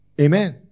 Amen